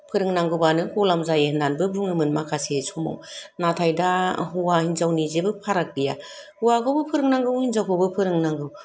फोरोंनांगौबानो गलाम जायो होन्नानैबो बुङोमोन माखासे समाव नाथाय दा हौवा हिनजावनि जेबो फाराग गैया हौवाखौबो फोरोंनांगौ हिनजावखौबो फोरोंनांगौ